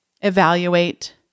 evaluate